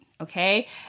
Okay